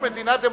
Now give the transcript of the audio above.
מדינה דמוקרטית,